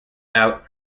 out